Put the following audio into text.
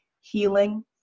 healing